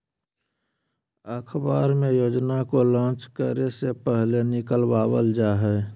अखबार मे योजना को लान्च करे से पहले निकलवावल जा हय